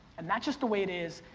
and that's just the way it is.